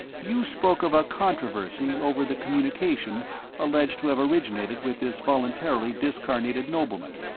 you spoke of a controversy over the communication alleged to have originated with this voluntarily discarnated nobleman.